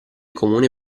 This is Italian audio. comune